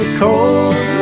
cold